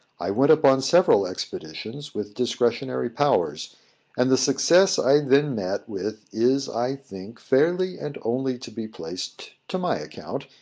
i went upon several expeditions, with discretionary powers and the success i then met with is, i think, fairly and only to be placed to my account,